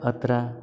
अत्र